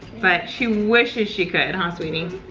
but she wishes she could, huh, sweetie?